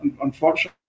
unfortunately